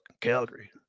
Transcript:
Calgary